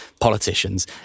politicians